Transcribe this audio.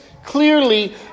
clearly